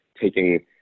taking